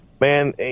Man